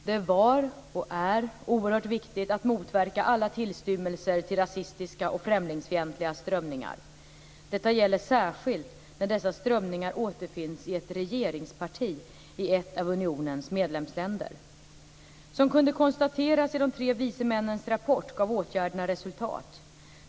Det var och är oerhört viktigt att motverka alla tillstymmelser till rasistiska och främlingsfientliga strömningar. Detta gäller särskilt när dessa strömningar återfinns i ett regeringsparti i ett av unionens medlemsländer. Som kunde konstateras i "de tre vise männens" rapport gav åtgärderna resultat.